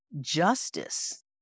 justice